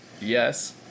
yes